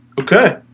Okay